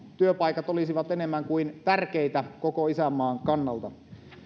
työpaikat olisivat enemmän kuin tärkeitä koko isänmaan kannalta